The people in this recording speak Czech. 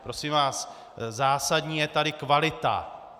Prosím vás, zásadní je tady kvalita.